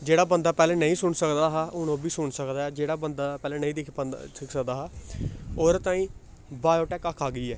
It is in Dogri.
जेह्ड़ा बंदा पैह्लें नेईं सुनी सकदा हा हून ओह् बी सुनी सकदा ऐ जेह्ड़ा बंदा पैह्लें नेईं दिक्खी पांदा सकदा हा ओह्दे ताईं बायोटैक्क अक्ख आ गेई ऐ